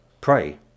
pray